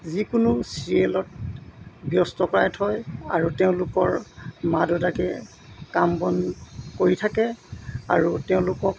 যিকোনো চিৰিয়েলত ব্যস্ত কৰাই থয় আৰু তেওঁলোকৰ মা দেউতাকে কাম বন কৰি থাকে আৰু তেওঁলোকক